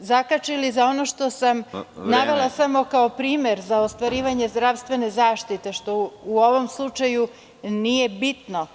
zakačili za ono što sam navela kao primer za ostvarivanje zdravstvene zaštite, što u ovom slučaju nije bitno.